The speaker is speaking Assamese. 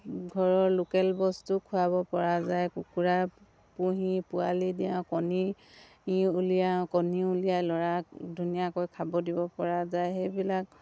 ঘৰৰ লোকেল বস্তু খোৱাবপৰা যায় কুকুৰা পুহি পোৱালি দিয়াওঁ কণী উলিয়াওঁ কণী উলিয়াই ল'ৰাক ধুনীয়াকৈ খাব দিবপৰা যায় সেইবিলাক